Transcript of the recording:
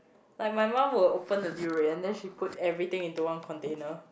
but my mom will open the durian then she put everything into one container